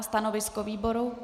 Stanovisko výboru?